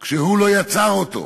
כשהוא לא יצר אותו.